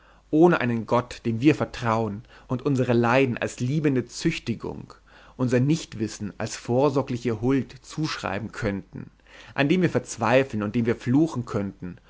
ohne einen gott dem wir vertrauen und unsere leiden als liebende züchtigung unser nicht wissen als vorsorgliche huld zuschreiben könnten an dem wir verzweifeln und dem wir fluchen könnten